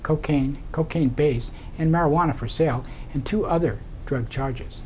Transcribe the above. cocaine cocaine base and marijuana for sale and two other drug charges